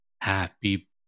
Happy